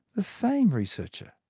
the same researcher.